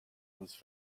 was